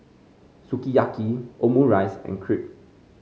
Sukiyaki Omurice and Crepe